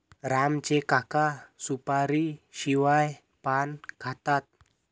राम चे काका सुपारीशिवाय पान खातात